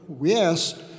yes